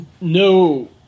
no